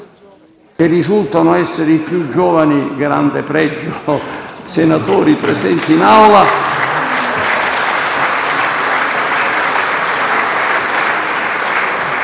che risultano essere i più giovani - grande pregio - senatori presenti in Aula